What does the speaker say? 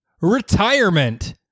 retirement